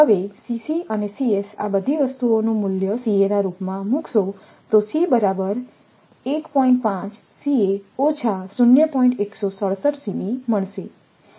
તેથી અને આ બધી વસ્તુઓનું મૂલ્ય ના રૂપમાં મૂકશો તો C મળશે